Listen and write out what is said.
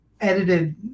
edited